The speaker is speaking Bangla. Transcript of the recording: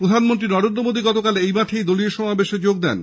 প্রধানমন্ত্রী নরেন্দ্র মোদী গতকাল এই মাঠেই দলীয় সমাবেশে যোগ দেন